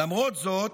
למרות זאת,